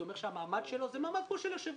זה אומר שהמעמד שלו הוא כמו המעמד של היושב-ראש.